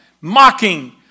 mocking